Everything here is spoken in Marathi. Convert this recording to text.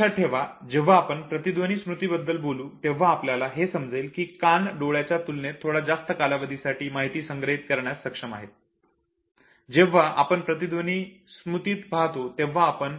लक्षात ठेवा जेव्हा आपण प्रतिध्वनी स्मृतीबद्दल बोलू तेव्हा आपल्याला हे समजेल की कान डोळ्याच्या तुलनेत थोडा जास्त कालावधीसाठी माहिती संग्रहित करण्यास सक्षम आहेत जेव्हा आपण प्रतिध्वनी स्मृतीत पाहतो तेव्हा आपण